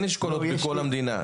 אין אשכולות בכל המדינה,